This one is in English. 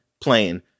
playing